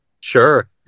sure